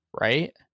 right